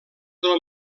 del